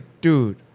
Dude